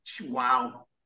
Wow